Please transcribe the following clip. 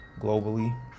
globally